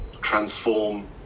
transform